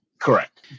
correct